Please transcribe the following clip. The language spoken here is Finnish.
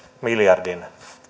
miljardin